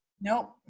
Nope